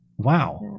Wow